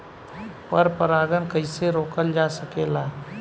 पर परागन कइसे रोकल जा सकेला?